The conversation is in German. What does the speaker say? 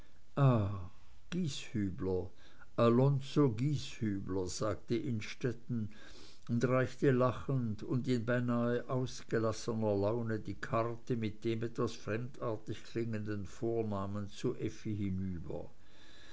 sagte innstetten und reichte lachend und in beinahe ausgelassener laune die karte mit dem etwas fremdartig klingenden vornamen zu